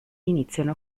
iniziano